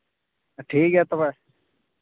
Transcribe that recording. ᱴᱷᱤᱠ ᱜᱮᱭᱟ ᱛᱚᱵᱮ